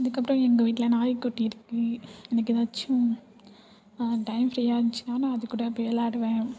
அதுக்கப்பறம் எங்க வீட்டில நாய் குட்டி இருக்குது எனக்கு ஏதாச்சும் டைம் ஃப்ரீயாக இருந்துச்சுன்னா நான் அதுகூட போய் விளையாடுவேன்